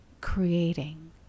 creating